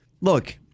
look